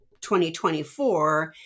2024